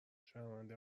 شرمنده